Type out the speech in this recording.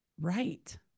Right